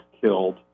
killed